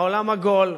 העולם עגול,